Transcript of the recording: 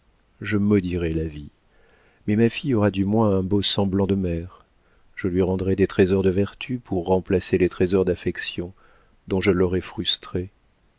je maudirai la vie mais ma fille aura du moins un beau semblant de mère je lui rendrai des trésors de vertu pour remplacer les trésors d'affection dont je l'aurai frustrée